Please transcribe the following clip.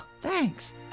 thanks